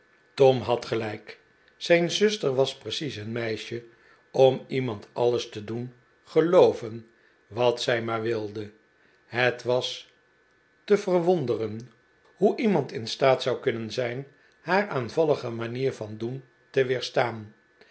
tom had gelijk zijn zuster was precies een meisje om iemand alles te doen gelooven wat zij maar wilde het was te verwonderen hoe iemand in staat zou kunnen zijn haar aanvallige manier van djoen te weerstaan